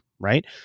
Right